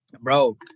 bro